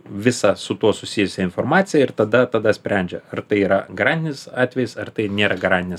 visą su tuo susijusią informaciją ir tada tada sprendžia ar tai yra garantinis atvejis ar tai nėra garantinis